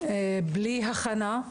בלי הכנה.